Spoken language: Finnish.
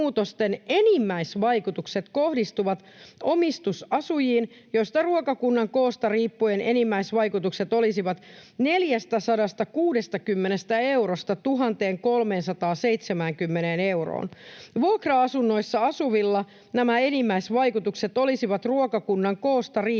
enimmäisvaikutukset kohdistuvat omistusasujiin, joille ruokakunnan koosta riippuen enimmäisvaikutukset olisivat 460 eurosta 1 370 euroon. Vuokra-asunnoissa asuvilla nämä enimmäisvaikutukset olisivat ruokakunnan koosta riippuen